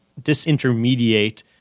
disintermediate